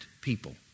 people